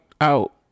out